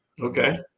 okay